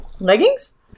Leggings